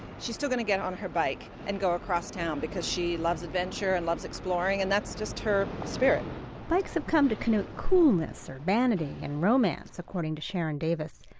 she's still going to get on her bike and go across town because she loves adventure and loves exploring and that's just her spirit bikes have come to connote coolness, urbanity, and romance, according to sheron davis.